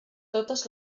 totes